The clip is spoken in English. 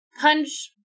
punch